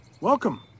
welcome